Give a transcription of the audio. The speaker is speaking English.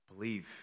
Believe